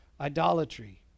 idolatry